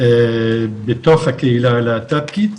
בתוך הקהילה הלהט"בקית.